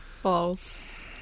False